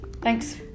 Thanks